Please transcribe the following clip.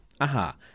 Aha